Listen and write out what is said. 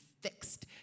fixed